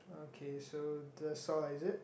okay so that's all lah is it